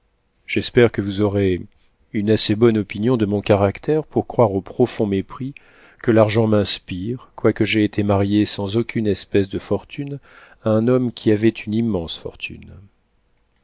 j'espère que vous aurez une assez bonne opinion de mon caractère pour croire au profond mépris que l'argent m'inspire quoique j'aie été mariée sans aucune espèce de fortune à un homme qui avait une immense fortune